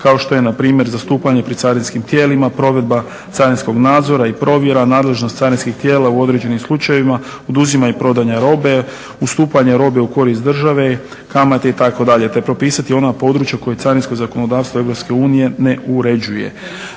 kao što je npr. zastupanje pri carinskim tijelima, provedba carinskog nadzora i provjera, nadležnost carinskih tijela u određenim slučajevima, oduzimanje i prodaja robe, ustupanje robe u korist države, kamate itd.. Te propisati ona područja koje Carinsko zakonodavstvo Europske